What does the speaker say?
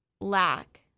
lack